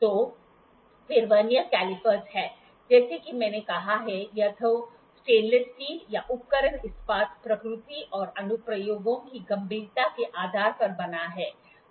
तो फिर vernier calliper है जैसा कि मैंने कहा है या तो स्टेनलेस स्टील या उपकरण इस्पात प्रकृति और अनुप्रयोगों की गंभीरता के आधार पर बना है